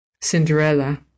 Cinderella